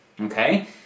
okay